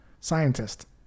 Scientist